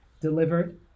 delivered